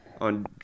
on